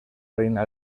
reina